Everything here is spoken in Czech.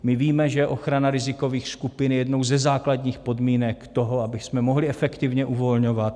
My víme, že ochrana rizikových skupin je jednou ze základních podmínek toho, abychom mohli efektivně uvolňovat.